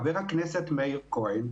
חבר הכנסת מאיר כהן,